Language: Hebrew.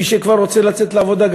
מי שכבר רוצה לצאת לעבודה,